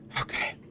Okay